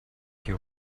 your